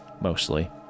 mostly